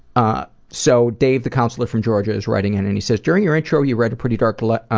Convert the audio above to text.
ah, so dave, the counselor from georgia is writing in and he says, during your intro you read a pretty dark le uh,